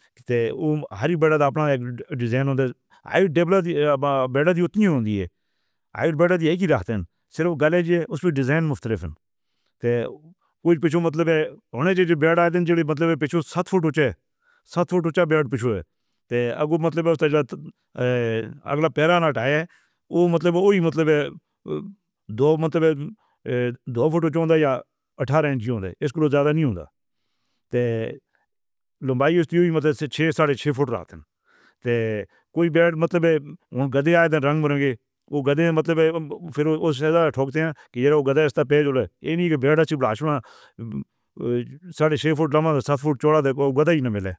تے او ہری بےڑ دا اپنا اک ڈیزائن ہوندا۔ آئے بےڑا تو اُتنی ہی ہوندی ہے۔ آئے بےڑا تو اک ہی۔ صرف گَلے جے اُس پے ڈیزائن مُختلِف۔ تے کُجھ پِچھُو مطلب ہوۓ چ جے بےڑ آۓدین جیلی مطلب پِچھُو سَت فُٹ اُچّ، سَت فُٹ اُچّا بےڑ پِچھُو ہے۔ تے اَگّو مطلب ہوسٹ ایجلا اَگلا پیرانا ٹایا ہے اُو مطلب اُو ای مطلب۔ دو مطلب دو فُٹ اُونچا ہوگا یا اَٹھارہ اِنچ ہی ہُوندے نیں۔ اِسدے لئی زیادہ نہیں ہوندا۔ تے لمبائی اُسی چھہ ساڑھے چھہ فُٹ رہندے نیں تے کوئی بیٹ مطلب گدھے آۓ رَن٘گ برَن٘گے۔ تو گدھے مطلب پھیر اُس ٹھوکدے نیں کہ جو گدھے دا پیج ہے، اِنہاں نوں بٹھا کے بُلا لو۔ ساڑھے چھہ فُٹ لمبا، سَت فُٹ چوڑا تو کوئی گدھا ہی نہ ملے۔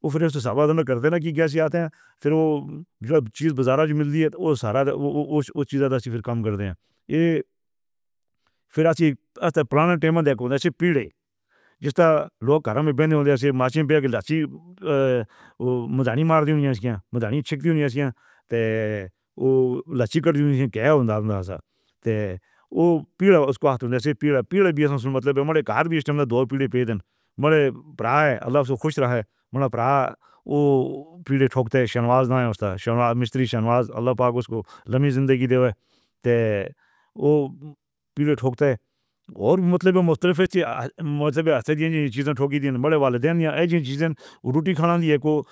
تو پھیر اُسنوں ثابت کرنا کردے نیں۔ کہ کِویں آندے نیں پھیر او چیز بازار وچ ملدی ہے۔ او سارا اُس چیز دا پھیر کم کردے نیں۔ ایہ پھیر اک پرانے ٹائم دا پِیڑھا۔ جس دا لوک گھر وچ بِن ہُوندے سن۔ ماچیاں لچّی، میدانی ماردی ہوئی چِکّن۔ میدانی چَکّ دینا تے او لچّی کر کے ہوندا سی۔ تے او پِیڑھا اُسدا مطلب گار وی دو پِیڑھے پیڈن۔ میرے بھرا ہے۔ اللہ اُسنوں خوش رکھے۔ ہمارا بھرا او پِیڑھی نوں ٹھوکدے شہنواز ناں دا۔ شہنواز مستری، شہنواز اللہ پاک اُسنوں لمبی جِندگی دے۔ تے او پِیڑھی ٹھوکدے تے مطلب مُختلِف مذہب ہُوندے سن۔ چیزاں نوں ٹھوکدے سن کہ وڈے دین یا ایسی چیزاں روٹی کھانا ہی اک۔